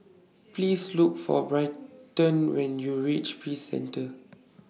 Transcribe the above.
Please Look For Britton when YOU REACH Peace Centre